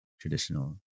traditional